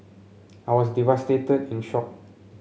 I was devastated and shock